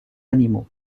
animaux